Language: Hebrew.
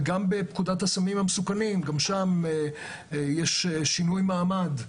גם בפקודת הסמים המסוכנים, גם שם יש שינוי מעמד.